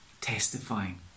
testifying